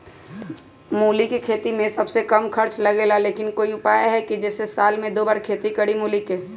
मूली के खेती में सबसे कम खर्च लगेला लेकिन कोई उपाय है कि जेसे साल में दो बार खेती करी मूली के?